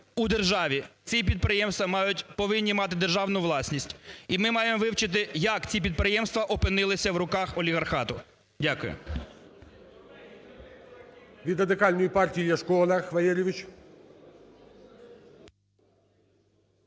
у державі. Ці підприємства повинні мати державну власність. І ми маємо вивчити, як ці підприємства опинилися в руках олігархату. Дякую. ГОЛОВУЮЧИЙ. Від Радикальної партії – Ляшко Олег Валерійович.